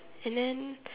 and then